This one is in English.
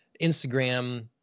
Instagram